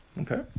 okay